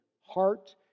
heart